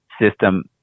system